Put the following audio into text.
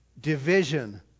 division